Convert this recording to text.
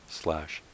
slash